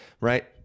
right